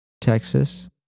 Texas